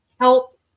help